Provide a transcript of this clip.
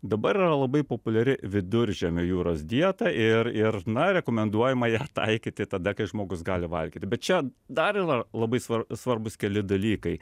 dabar yra labai populiari viduržemio jūros dieta ir ir na rekomenduojama ją taikyti tada kai žmogus gali valgyti bet čia dar yra labai svar svarbūs keli dalykai